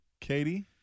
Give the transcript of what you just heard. Katie